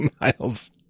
Miles